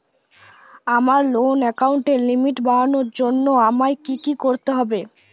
আমার লোন অ্যাকাউন্টের লিমিট বাড়ানোর জন্য আমায় কী কী করতে হবে?